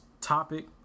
topic